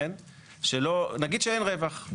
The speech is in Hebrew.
שנגיד שאין רווח,